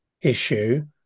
issue